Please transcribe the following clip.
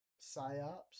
psyops